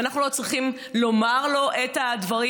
ואנחנו לא צריכים לומר לו את הדברים?